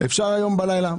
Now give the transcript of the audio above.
אפשר היום בלילה,